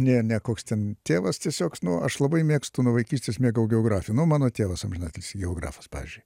ne ne koks ten tėvas tiesiog nu aš labai mėgstu nuo vaikystės mėgau geografiją nu mano tėvas amžinatilsį geografas pavyzdžiui